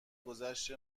گذشت